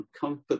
comfort